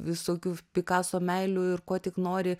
visokių pikaso meilių ir ko tik nori